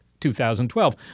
2012